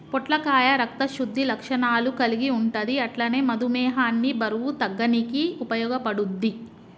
పొట్లకాయ రక్త శుద్ధి లక్షణాలు కల్గి ఉంటది అట్లనే మధుమేహాన్ని బరువు తగ్గనీకి ఉపయోగపడుద్ధి